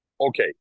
Okay